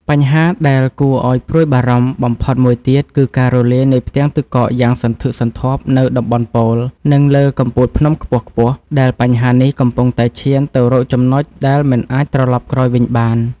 បញ្ហាដែលគួរឱ្យព្រួយបារម្ភបំផុតមួយទៀត គឺការរលាយនៃផ្ទាំងទឹកកកយ៉ាងសន្ធឹកសន្ធាប់នៅតំបន់ប៉ូល និងលើកំពូលភ្នំខ្ពស់ៗ ដែលបញ្ហានេះកំពុងតែឈានទៅរកចំណុចដែលមិនអាចត្រឡប់ក្រោយវិញបាន។